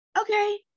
okay